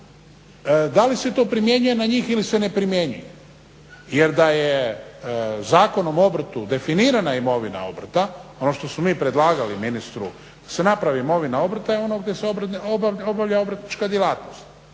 da li se to primjenjuje na njih ili se ne primjenjuje? Jer da je Zakonom o obrtu definirana imovina obrta, ono što smo mi predlagali ministru da se napravi imovina obrta, je ono gdje se obavlja obrtnička djelatnost.